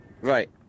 Right